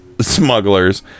smugglers